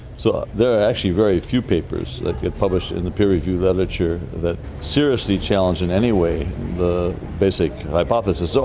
so there are actually very few papers that get published in the peer review literature that seriously challenge in any way the basic hypothesis. so